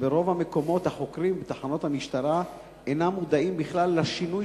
ברוב המקומות החוקרים בתחנות המשטרה אינם מודעים בכלל לשינוי